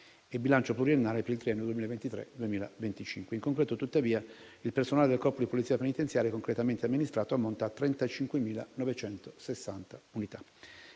il bilancio pluriennale per il triennio 2023-2025. ln concreto, tuttavia, il personale del Corpo di polizia penitenziaria amministrato ammonta a 35.960 unità.